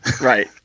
Right